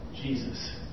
Jesus